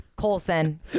Coulson